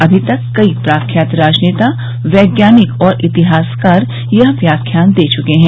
अभी तक कई प्रख्यात राजनेता वैज्ञानिक और इतिहासकार यह व्याख्यान दे चुके हैं